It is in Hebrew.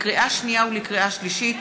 לקריאה שנייה ולקריאה שלישית: